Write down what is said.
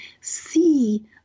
see